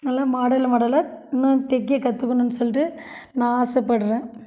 நல்ல மாடல் மாடலாக இன்னும் தைக்க கற்றுக்கணும்னு சொல்லிட்டு நான் ஆசைப்படுறேன்